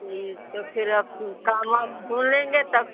जी तो फिर अब काम वाम ढूंढ लेंगे